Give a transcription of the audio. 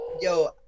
yo